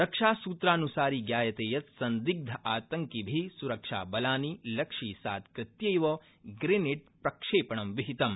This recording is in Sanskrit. रक्षासूत्रान्सारि ज्ञायतक्ति संदिग्धातंकिभि सुरक्षाबलानि लक्ष्यीसात् कृत्यैव ग्रत्व प्रक्षणि विहितम्